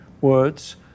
words